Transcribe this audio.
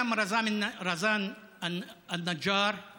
( הערכים של רזאן נג'אר הם